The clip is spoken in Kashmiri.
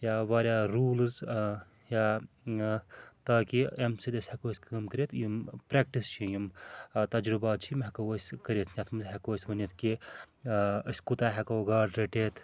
یا واریاہ روٗلٕز یا تاکہِ اَمہِ سۭتۍ أسۍ ہیٚکو أسۍ کٲم کٔرِتھ یِم پرٛٮ۪کٹِس چھِ یِم تجرُبات چھِ یِم ہیٚکو أسۍ کٔرِتھ یَتھ منٛز ہیٚکو أسۍ ؤنِتھ کہِ أسۍ کوٗتاہ ہیٚکو گاڈٕ رٔٹِتھ